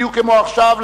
בדיוק כמו עכשיו,